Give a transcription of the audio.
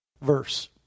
verse